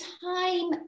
time